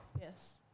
Yes